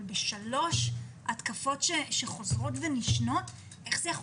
אבל בשלוש התקפות שחוזרות ונשנות איך יכול